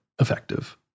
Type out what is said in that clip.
effective